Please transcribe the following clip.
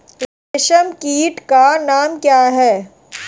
रेशम कीट का नाम क्या है?